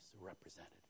represented